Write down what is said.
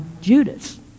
Judas